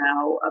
now